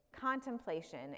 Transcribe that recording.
contemplation